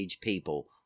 people